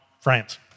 France